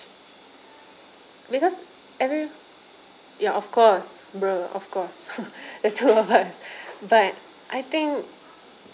because every ya of course !duh! of course the two of us but I think